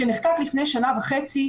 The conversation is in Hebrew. שנחקק לפני שנה וחצי,